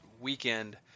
weekend